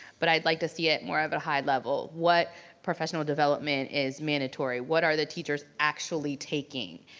but i'd like to see it more of a high level. what professional development is mandatory, what are the teachers actually taking?